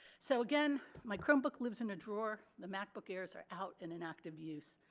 so again my chromebook lives in a drawer the macbook airs are out in and active use